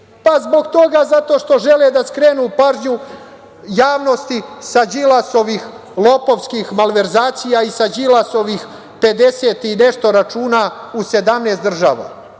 Srbije? Zato što žele da skrenu pažnju javnosti sa Đilasovih lopovskih malverzacija i sa Đilasovih pedeset i nešto računa u 17 država.